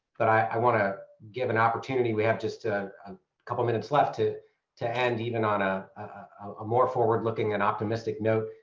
but i want to give an opportunity we have just a um couple minutes left to to end even on ah a more forward looking and optimistic note.